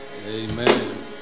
Amen